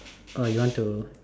or you want to